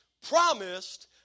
promised